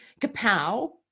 kapow